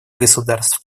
государств